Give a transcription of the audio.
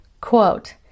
quote